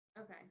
Okay